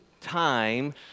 time